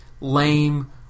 lame